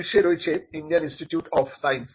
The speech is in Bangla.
শীর্ষে রয়েছে ইন্ডিয়ান ইনস্টিটিউট অফ সাইন্স